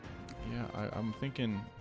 yeah i'm thinking,